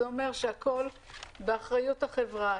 זה אומר שהכול באחריות החברה.